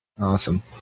Awesome